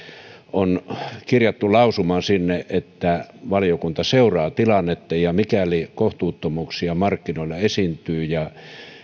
on kirjattu lausuma sinne että valiokunta seuraa tilannetta ja mikäli kohtuuttomuuksia markkinoilla esiintyy ja